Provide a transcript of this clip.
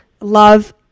love